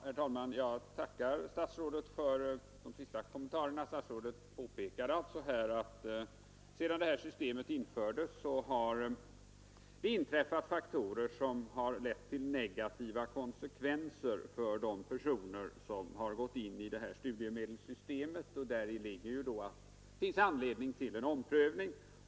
Herr talman! Jag tackar statsrådet för de senaste kommentarerna. Statsrådet påpekar alltså här att sedan detta system infördes har det tillkommit faktorer som lett till negativa konsekvenser för de personer som har gått in i studiemedelssystemet, och däri ligger ju då att det finns anledning till en omprövning.